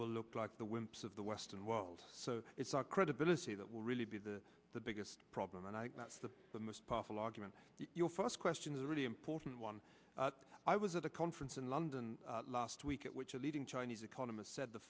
will look like the wimps of the western world so it's our credibility that will really be the the biggest problem and i think that's the most powerful argument your first question is a really important one i was at a conference in london last week at which a leading chinese economist said the